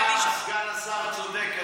באמת, הפעם סגן השר צודק.